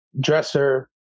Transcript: dresser